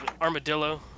armadillo